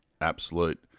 absolute